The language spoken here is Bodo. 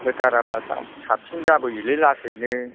होथाराब्ला साबसिन जाबोयोलै लासैनो